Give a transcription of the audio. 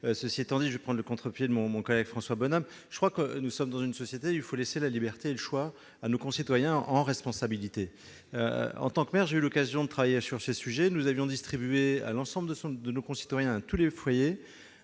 Cela étant, je vais prendre le contre-pied de mon collègue François Bonhomme. Je crois que nous sommes dans une société où il faut laisser la liberté et le choix à nos concitoyens, en responsabilité. En tant que maire, j'ai eu l'occasion de travailler sur ces sujets. Nous avions distribué à l'ensemble de nos concitoyens et à tous les foyers